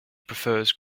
prefers